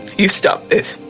you stop this,